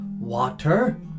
water